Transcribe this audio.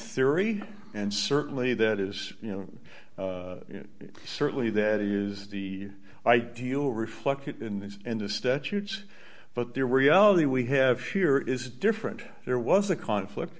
theory and certainly that is you know certainly that is the ideal reflected in these in the statutes but there were reality we have here is different there was a conflict